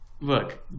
look